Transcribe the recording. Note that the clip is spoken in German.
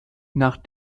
nach